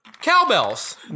cowbells